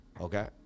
okay